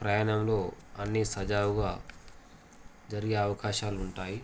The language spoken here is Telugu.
ప్రయాణంలో అన్నీ సజావుగా జరిగే అవకాశాలు ఉంటాయి